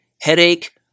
headache